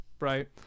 Right